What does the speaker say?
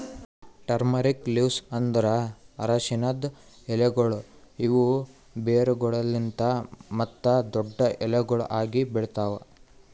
turmeric leaves ಅಂದುರ್ ಅರಶಿನದ್ ಎಲೆಗೊಳ್ ಇವು ಬೇರುಗೊಳಲಿಂತ್ ಮತ್ತ ದೊಡ್ಡು ಎಲಿಗೊಳ್ ಆಗಿ ಬೆಳಿತಾವ್